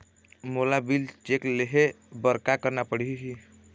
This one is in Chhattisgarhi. मोला बिल चेक ले हे बर का करना पड़ही ही?